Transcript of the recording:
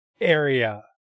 area